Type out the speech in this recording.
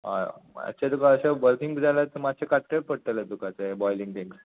हय मात्शें तुका अशें बल्कींग बी जाय जाल्यार मात्शें काडचेंच पडटलें तुका तें बॉयलींग थिंग